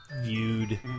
viewed